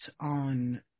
on